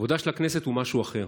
כבודה של הכנסת הוא משהו אחר,